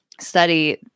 study